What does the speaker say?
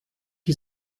die